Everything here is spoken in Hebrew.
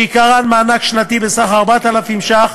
שעיקרן מענק שנתי בסך 4,000 ש"ח,